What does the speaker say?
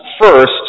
first